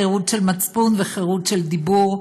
חירות של מצפון וחירות של דיבור,